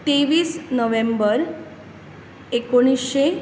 तेवीस नोवेंबर एकूणशें